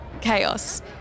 chaos